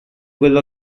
quello